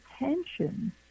attention